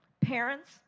Parents